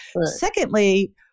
Secondly